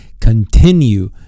Continue